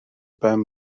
ben